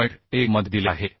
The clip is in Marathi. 1 मध्ये दिले आहे